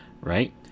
right